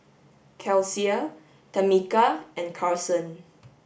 Kelsea Tamica and Carsen